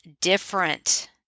different